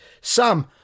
Sam